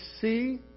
see